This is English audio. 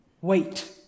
wait